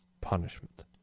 punishment